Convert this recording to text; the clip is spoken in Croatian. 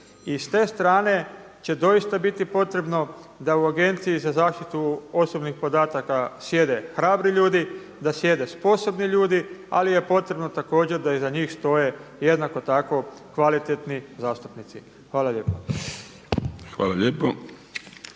I s te strane će doista biti potrebno da u Agenciji za zaštitu osobnih podataka sjede hrabri ljudi, da sjede sposobni ljudi, ali je potrebno također da iza njih stoje jednako tako kvalitetni zastupnici. Hvala lijepa. **Vrdoljak,